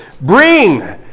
Bring